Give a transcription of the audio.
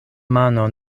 mano